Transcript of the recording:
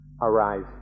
arise